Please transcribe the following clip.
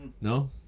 No